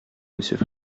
monsieur